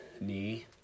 knee